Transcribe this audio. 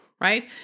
right